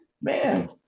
Man